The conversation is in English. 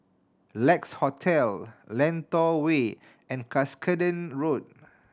Lex Hotel Lentor Way and Cuscaden Road